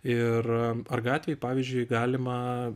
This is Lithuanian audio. ir ar gatvėj pavyzdžiui galima